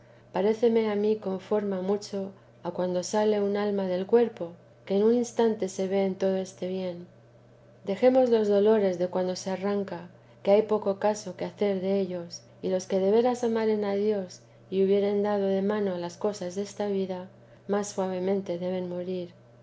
paréceme a mí conforma mucho a cuando sale un alma del cuerpo que en un instante se ve en todo este bien dejemos los dolores de cuando se arranca que hay poco caso que hacer dellos y los que de veras amaren a dios y hubieren dado de mano a las cosas desta vida más suavemente deben morir